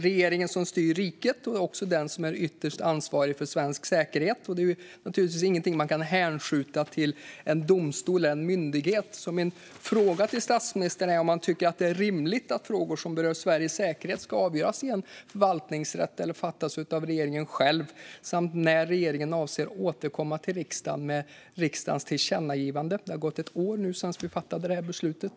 Regeringen styr riket och är ytterst ansvarig för svensk säkerhet. Det är inget man kan hänskjuta till en domstol eller myndighet. Min fråga till statsministern är därför om han tycker att frågor som rör Sveriges säkerhet ska avgöras i en förvaltningsrätt eller av regeringen själv. Jag undrar också när regeringen avser att återkomma till riksdagen om riksdagens tillkännagivande. Det har nu gått ett år sedan vi fattade det beslutet.